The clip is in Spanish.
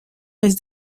vez